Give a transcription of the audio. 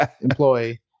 employee